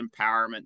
empowerment